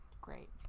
great